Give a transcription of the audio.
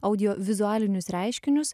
audiovizualinius reiškinius